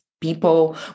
people